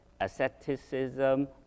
asceticism